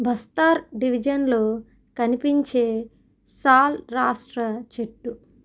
బస్తర్ డివిజన్లో కనిపించే సాల్ రాష్ట్ర చెట్టు